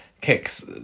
kicks